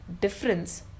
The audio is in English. difference